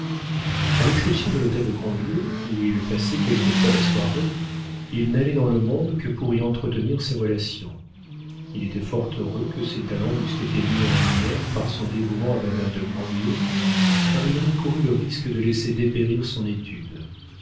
a l'exception de l'hôtel de grandlieu où il passait quelquefois la soirée il n'allait dans le monde que pour y entretenir ses relations il était fort heureux que ses talents eussent été mis en lumière par son dévouement à madame de grandlieu car il aurait couru le risque de laisser dépérir son étude